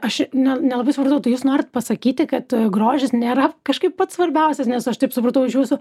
aš nel nelabai supratau tai jūs norit pasakyti kad grožis nėra kažkaip pats svarbiausias nes aš taip supratau iš jūsų